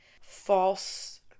false